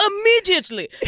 immediately